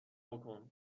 بکن